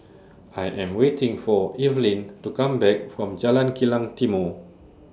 I Am waiting For Evelyne to Come Back from Jalan Kilang Timor